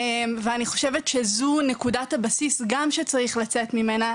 ואני חושבת שזו נקודת הבסיס גם שצריך לצאת ממנה,